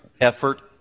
effort